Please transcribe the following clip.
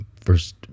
first